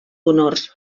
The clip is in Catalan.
honors